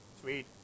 Sweet